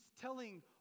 telling